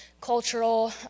cultural